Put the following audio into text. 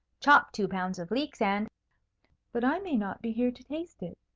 chop two pounds of leeks and but i may not be here to taste it,